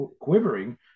quivering